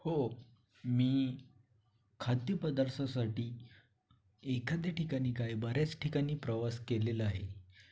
हो मी खाद्यपदार्थासाठी एखाद्या ठिकाणी काय बऱ्याच ठिकाणी प्रवास केलेला आहे